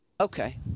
Okay